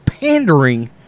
pandering